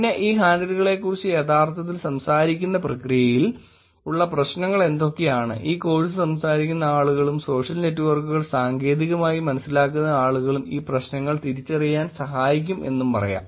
പിന്നെ ഈ ഹാൻഡിലുകളെക്കുറിച്ച് യഥാർത്ഥത്തിൽ സംസാരിക്കുന്ന പ്രക്രിയയിൽ ഉള്ള പ്രശ്നങ്ങൾ എന്തൊക്കെയാണ് ഈ കോഴ്സ് സംസാരിക്കുന്ന ആളുകളും സോഷ്യൽ നെറ്റ്വർക്കുകൾ സാങ്കേതികമായി മനസ്സിലാക്കുന്ന ആളുകളും ഈ പ്രശ്നങ്ങൾ തിരിച്ചറിയാൻ സഹായിക്കും എന്നും പറയാം